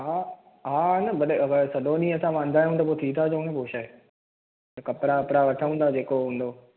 हा हा न भले सॼो ॾींहुं असां वांदा आहियूं त पोइ थी था अचूं न पोइ छा आहे त कपिड़ा वपिड़ा वठूं था जेको हूंदो